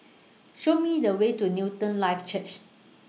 Show Me The Way to Newton Life Church